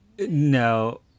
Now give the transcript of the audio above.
No